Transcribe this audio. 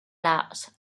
las